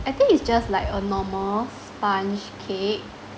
I think it's just like a normal sponge cake